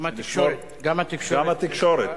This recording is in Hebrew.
גם התקשורת, גם התקשורת.